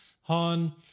Han